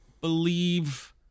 believe